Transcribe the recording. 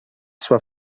sua